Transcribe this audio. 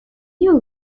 you